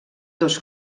dos